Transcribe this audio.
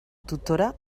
tutora